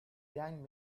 kang